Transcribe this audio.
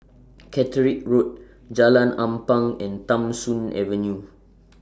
Caterick Road Jalan Ampang and Tham Soong Avenue